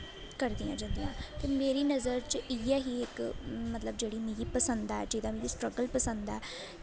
करदियां जंदियां ते मेरी नज़र च इ'यै ही इक मतलब जेह्ड़ी मिगी पसंद ऐ जेह्दा मिगी स्ट्रगल पसंद ऐ